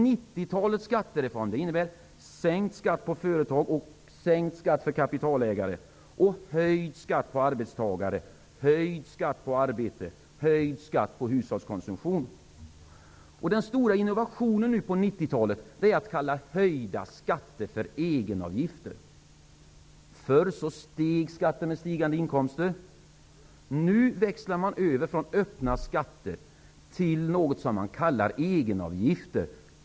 90-talets skattereform innebär sänkt skatt för företag och kapitalägare och höjd skatt för arbete och på hushållskonsumtion. Den stora innovationen på 90-talet är att man kallar höjda skatter för egenavgifter. Förr steg skatten med stigande inkomster. Nu växlar man över från öppna skatter till något som man kallar egenavgifter.